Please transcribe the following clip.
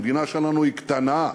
המדינה שלנו היא קטנה.